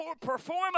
perform